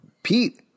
Pete